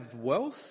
wealth